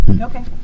Okay